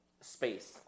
space